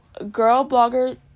girlblogger